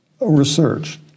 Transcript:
Research